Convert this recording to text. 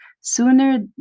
Sooner